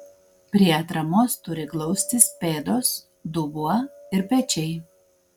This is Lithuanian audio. prie atramos turi glaustis pėdos dubuo ir pečiai